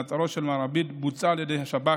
מעצרו של מר עביד בוצע על ידי השב"כ,